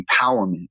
empowerment